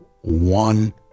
one